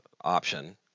option